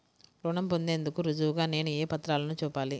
రుణం పొందేందుకు రుజువుగా నేను ఏ పత్రాలను చూపాలి?